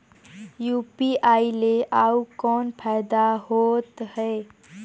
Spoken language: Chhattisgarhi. यू.पी.आई ले अउ कौन फायदा होथ है?